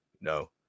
no